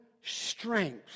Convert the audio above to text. strength